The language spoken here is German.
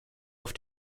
auf